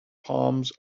palms